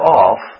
off